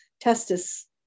testis